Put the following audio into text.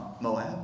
Moab